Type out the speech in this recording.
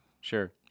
Sure